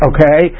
Okay